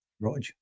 Rog